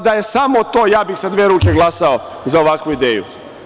Da je samo to ja bih sa dve ruke glasao za ovakvu ideju.